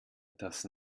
das